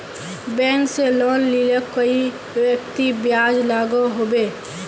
Bank से loan लिले कई व्यक्ति ब्याज लागोहो होबे?